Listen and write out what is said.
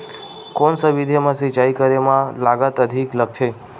कोन सा विधि म सिंचाई करे म लागत अधिक लगथे?